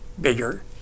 bigger